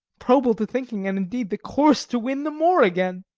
probal to thinking, and, indeed, the course to win the moor again?